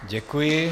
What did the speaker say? Děkuji.